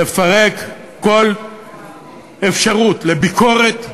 לפרק כל אפשרות לביקורת,